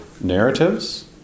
narratives